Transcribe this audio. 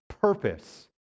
purpose